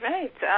Right